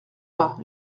pas